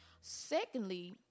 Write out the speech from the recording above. Secondly